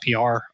PR